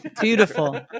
Beautiful